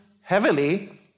heavily